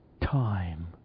time